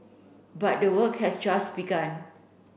but the work has just begun